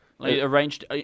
Arranged